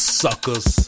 suckers